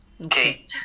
Okay